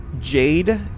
jade